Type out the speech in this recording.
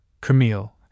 Camille